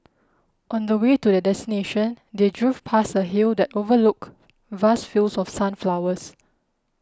on the way to their destination they drove past a hill that overlooked vast fields of sunflowers